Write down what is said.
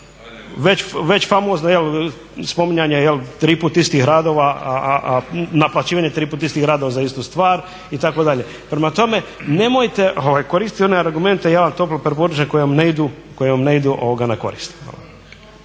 radova, naplaćivanje triput istih radova za istu stvar itd. Prema tome, nemojte koristiti one argumente ja vam toplo preporučam koji vam ne idu na korist.